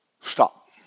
Stop